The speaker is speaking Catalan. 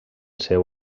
seu